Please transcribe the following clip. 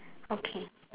okay